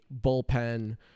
bullpen